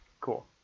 cool